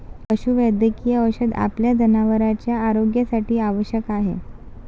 पशुवैद्यकीय औषध आपल्या जनावरांच्या आरोग्यासाठी आवश्यक आहे